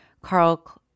Carl